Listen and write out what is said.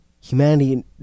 humanity